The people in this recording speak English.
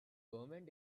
government